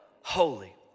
holy